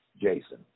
Jason